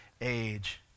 age